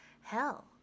hell